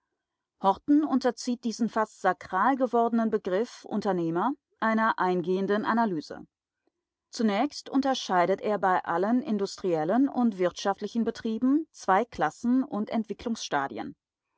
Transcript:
horten unterzieht diesen fast sakral gewordenen begriff unternehmer einer eingehenden analyse zunächst unterscheidet er bei allen industriellen und wirtschaftlichen betrieben zwei klassen und